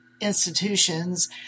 institutions